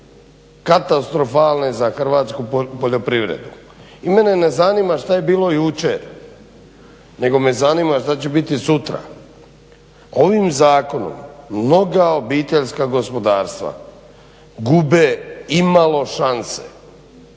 katastrofalne za hrvatsku poljoprivredu. I mene ne zanima šta je bilo jučer nego me zanima što će biti sutra. Ovim zakonom mnoga obiteljska gospodarstva gube imalo šanse